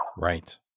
Right